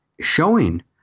showing